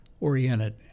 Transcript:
oriented